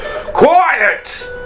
Quiet